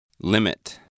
Limit